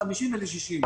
ל-50% ול-60%.